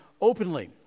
openly